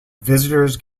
visitors